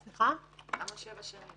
--- למה שבע שנים?